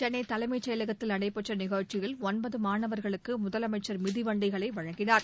சென்ளை தலைமைச் செயலகத்தில் நடைபெற்ற நிகழ்ச்சியில் ஒன்பது மாணவர்களுக்கு முதலமைச்சர் மிதிவண்டிகளை வழங்கினார்